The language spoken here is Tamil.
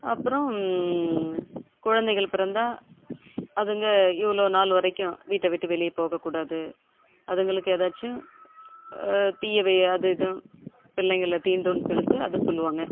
அப்புறோம் குழந்தைகள் பிறந்தால் அதுங்க இவ்வளோ நாள் வரைக்கும் வீட்டை விட்டு வெளியே போக கூடாது அதுங்களுக்கு ஏதாச்சும் தீயவை அது ஏதும் பிள்ளைங்களை தீண்டும்னு சொல்லிட்டு அதை சொல்லுவாங்க